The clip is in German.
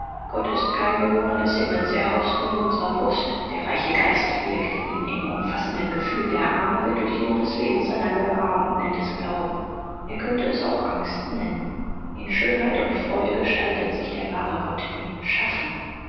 gott ist kein bewohner des himmels er haust nur in unsrer brust der reiche geist birgt ihn im umfassenden gefühl der arme wird durch die not des lebens seiner gewahr und nennt es glauben er könnte es auch angst nennen in schönheit und freude gestaltet sich der wahre gott im schaffen